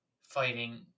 fighting